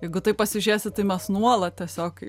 jeigu tai pasižiūrėsi tai mes nuolat tiesiog